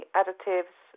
additives